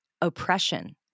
Oppression